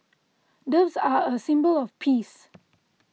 doves are a symbol of peace